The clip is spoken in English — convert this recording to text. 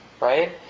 right